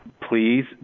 Please